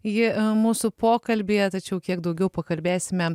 ji mūsų pokalbyje tačiau kiek daugiau pakalbėsime